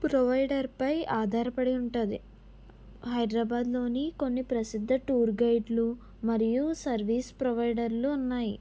provider పై ఆధారపడి ఉంటుంది హైదరాబాద్లోని కొన్ని ప్రసిద్ధ టూర్ గైడ్లు మరియు సర్వీస్ ప్రొవైడర్లు ఉన్నాయి